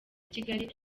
kigali